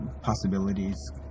possibilities